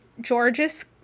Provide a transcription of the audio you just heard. George's